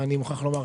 ואני מוכרח לומר,